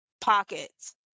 pockets